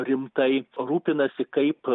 rimtai rūpinasi kaip